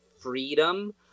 freedom